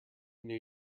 new